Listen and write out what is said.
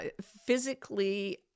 physically